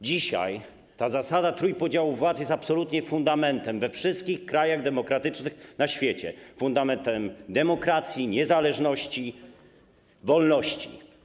Dzisiaj ta zasada trójpodziału władz jest absolutnie fundamentem we wszystkich krajach demokratycznych na świecie - fundamentem demokracji, niezależności, wolności.